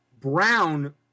Brown